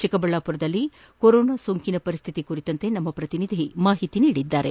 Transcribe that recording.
ಚಿಕ್ಕಬಳ್ಳಾಪುರದಲ್ಲಿ ಕೊರೊನಾ ಸೋಂಕಿನ ಪರಿಸ್ಥಿತಿ ಕುರಿತಂತೆ ನಮ್ಮ ಪ್ರತಿನಿಧಿ ಮಾಹಿತಿ ನೀಡಿದ್ದಾರೆ